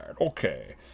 okay